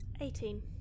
Eighteen